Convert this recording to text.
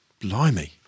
Blimey